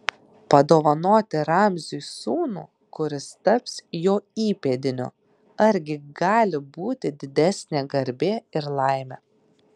padovanoti ramziui sūnų kuris taps jo įpėdiniu argi gali būti didesnė garbė ir laimė